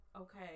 Okay